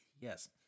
Yes